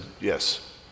yes